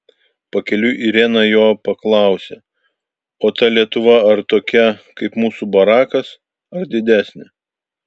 pakeliui irena jo paklausė o ta lietuva ar tokia kaip mūsų barakas ar didesnė